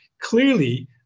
Clearly